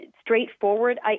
straightforward